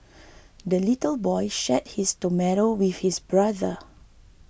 the little boy shared his tomato with his brother